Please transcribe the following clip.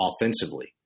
offensively